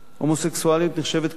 "ההומוסקסואליות נחשבת כיום,